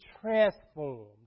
transformed